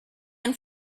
and